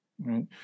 right